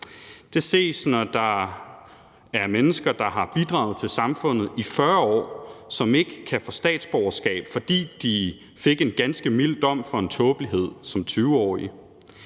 Det ses, når der er mennesker, der har bidraget til samfundet i 40 år, som ikke kan få statsborgerskab, fordi de fik en ganske mild dom for en tåbelighed som 20-årig.